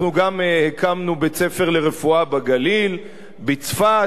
אנחנו גם הקמנו בית-ספר לרפואה בגליל, בצפת,